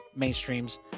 mainstreams